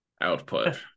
output